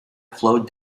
flowed